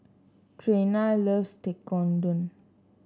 Trena loves Tekkadon